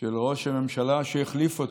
של ראש הממשלה שהחליף אותו,